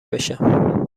بشم